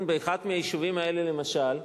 באחד מהיישובים האלה, למשל,